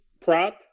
prop